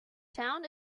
town